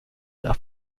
las